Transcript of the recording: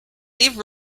leave